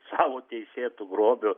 sau teisėtu grobiu